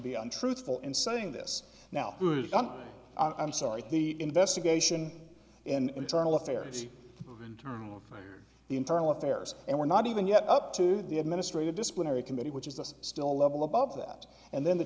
be untruthful in saying this now i'm sorry the investigation in internal affairs internal the internal affairs and we're not even yet up to the administrative disciplinary committee which is the still level above that and then the